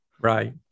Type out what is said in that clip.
Right